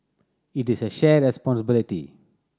it is a shared responsibility